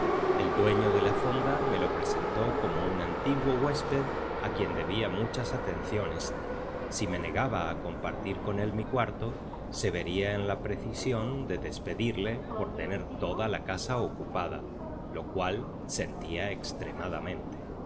el dueño de la fonda me lo presentó como un antiguo huésped a quien debía muchas atenciones si me negaba a compartir con él mi cuarto se vería en la precisión de despedirle por tener toda la casa ocupada lo cual sentía extremadamente